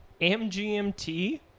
MGMT